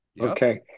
okay